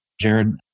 Jared